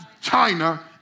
china